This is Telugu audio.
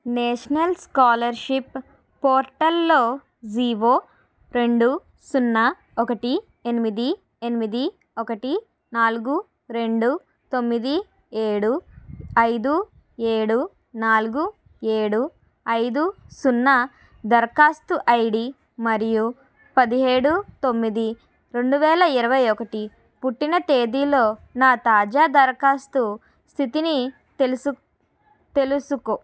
నేషనల్ స్కాలర్షిప్ పోర్టల్లో జీఓ రెండు సున్నా ఒకటి ఎనిమిది ఎనిమిది ఒకటి నాలుగు రెండు తొమ్మిది ఏడు ఐదు ఏడు నాలుగు ఏడు ఐదు సున్నా దరఖాస్తు ఐడి మరియు పదిహేడు తొమ్మిది రెండు వేల ఇరవై ఒకటి పుట్టిన తేదీలో నా తాజా దరఖాస్తు స్థితిని తెలుసు తెలుసుకో